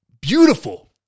beautiful